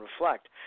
reflect